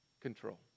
control